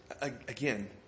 again